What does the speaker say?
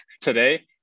today